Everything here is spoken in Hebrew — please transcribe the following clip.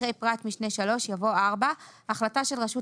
אחרי פרט משנה (1) יבוא: "(4) החלטה של רשות